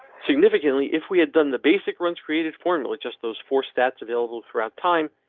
significantly, if we had done the basic runs created formula, just those four stats available throughout time,